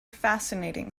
fascinating